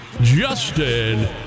Justin